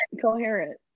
coherent